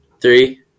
Three